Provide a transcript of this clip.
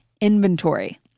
inventory